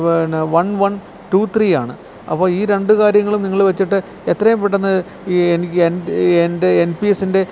പിന്നെ one one two three ആണ് അപ്പോൾ ഈ രണ്ട് കാര്യങ്ങളും നിങ്ങൾ വെച്ചിട്ട് എത്രയും പെട്ടെന്ന് എനിക്ക് എൻ്റെ എൻ പി എസിൻ്റെ